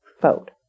Vote